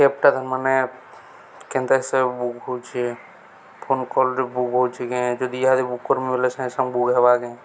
କ୍ୟାବଟା ତ ମାନ କେନ୍ତା ହିସାବରେ ବୁକ୍ ହଉଚି ଫୋନ କଲ୍ରେ ବୁକ୍ ହଉଚି କିଏ ଯଦି ଇହାତି ବୁକ୍ କରିମି ବୋଇଲେ ସାଙ୍ଗେ ସାଙ୍ଗେ ବୁକ୍ ହେବାଜ୍ଞଁ